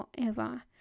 forever